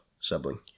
sibling